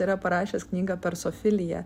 yra parašęs knygą persofilija